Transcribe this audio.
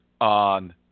on